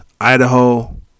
idaho